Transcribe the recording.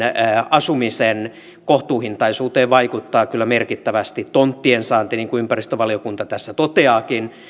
asumisen kohtuuhintaisuuteen vaikuttaa kyllä merkittävästi tonttien saanti niin kuin ympäristövaliokunta tässä toteaakin